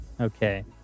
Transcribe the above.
Okay